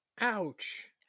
Ouch